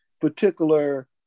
particular